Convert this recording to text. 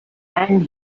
and